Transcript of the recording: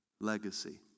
Legacy